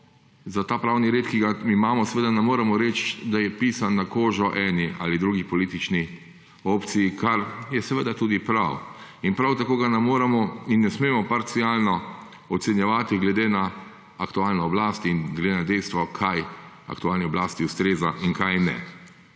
za ta pravni red, ki ga imamo, seveda ne moremo reči, da je pisan na koži eni ali drugi politični opciji, kar je seveda tudi prav in prav tako ga ne moremo in ne smemo parcialno ocenjevati, glede na aktualno oblast in glede na dejstvo, kaj aktualni oblasti ustreza in kaj ne.